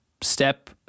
step